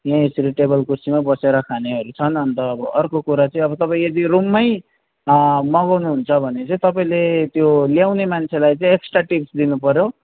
यहाँ यसरी टेबल कुर्सीमा बसेर खानेहरू छन् अनि त अब अर्को कुरा चाहिँ अब तपाईँ यदि रुममै मगाउनु हुन्छ भने चाहिँ तपाईँले त्यो ल्याउने मान्छेलाई चाहिँ एक्स्ट्रा टिप्स दिनुपर्यो